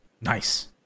Nice